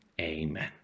Amen